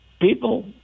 people